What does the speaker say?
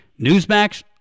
Newsmax